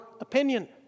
opinion